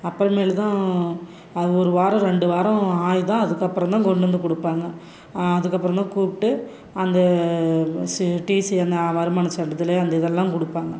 அப்புறமேலு தான் ஒரு வாரம் ரெண்டு வாரம் ஆகி தான் அதுக்கப்புறம் தான் கொண்டு வந்து கொடுப்பாங்க அதுக்கப்பறம் தான் கூப்பிட்டு அந்த டிசியை அந்த வருமான சான்றிதழ் அந்த இதெல்லாம் கொடுப்பாங்க